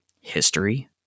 History